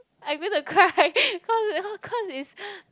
I'm going to cry cause cause it's